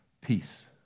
peace